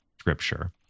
Scripture